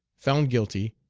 found guilty,